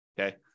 okay